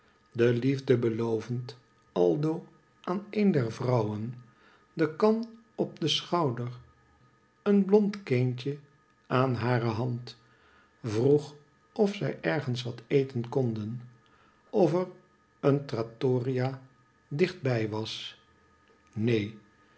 de liefde belovend aldo aan een der vrouwen de kan op den schouder een blond kindje aan hare hand vroeg of zij ergens wat eten konden of er een trattoria dichtbij was neen